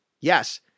Yes